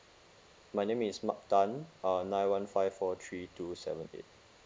my name is mark tan uh nine one five four three two seven eight